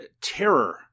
terror